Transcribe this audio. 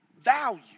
value